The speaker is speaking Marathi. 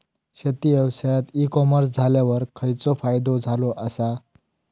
शेती व्यवसायात ई कॉमर्स इल्यावर खयचो फायदो झालो आसा?